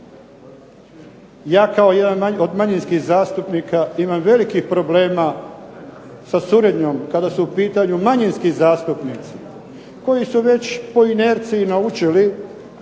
Ja kao jedan od manjinskih zastupnika imam velikih problema sa suradnjom kada su u pitanju manjinski zastupnici koji su već po inerciji naučili